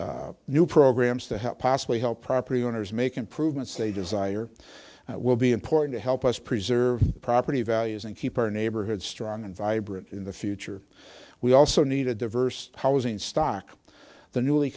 through new programs to help possibly help property owners make improvements they desire will be important to help us preserve property values and keep our neighborhood strong and vibrant in the future we also need a diverse housing stock the newly